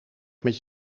met